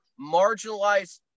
marginalized